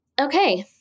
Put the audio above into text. okay